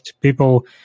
people